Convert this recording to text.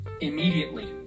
immediately